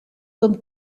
comme